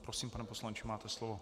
Prosím, pane poslanče, máte slovo.